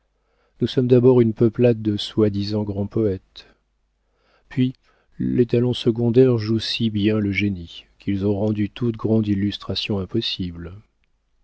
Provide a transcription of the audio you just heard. nous sommes d'abord une peuplade de soi-disant grands poëtes puis les talents secondaires jouent si bien le génie qu'ils ont rendu toute grande illustration impossible